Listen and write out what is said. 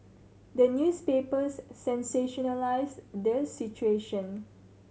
the newspapers sensationalise the situation